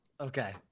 Okay